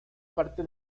parte